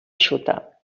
eixuta